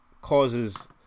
causes